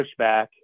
pushback